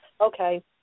okay